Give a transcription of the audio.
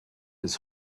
his